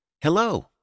Hello